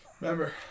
Remember